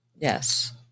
yes